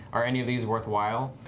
are any of these worthwhile?